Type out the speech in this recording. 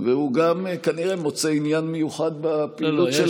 והוא גם כנראה מוצא עניין מיוחד בפעילות של